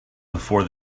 before